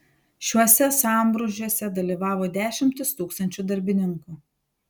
šiuose sambrūzdžiuose dalyvavo dešimtys tūkstančių darbininkų